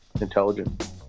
intelligent